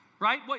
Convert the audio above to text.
Right